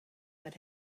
that